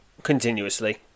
continuously